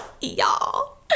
Y'all